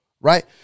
right